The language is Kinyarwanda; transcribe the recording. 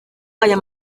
aya